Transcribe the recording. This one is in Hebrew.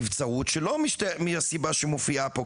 בנבצרות שלא מהסיבה שמופיעה פה,